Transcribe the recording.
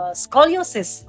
scoliosis